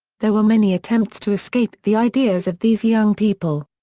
there were many attempts to escape the ideas of these young people.